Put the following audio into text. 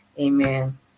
amen